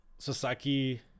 Sasaki